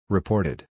Reported